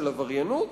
של עבריינות,